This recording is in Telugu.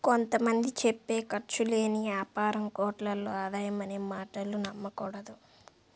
కొంత మంది చెప్పే ఖర్చు లేని యాపారం కోట్లలో ఆదాయం అనే మాటలు నమ్మకూడదు